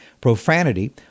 profanity